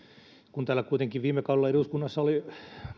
kun täällä kuitenkin viime kaudella eduskunnassa oli